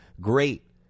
Great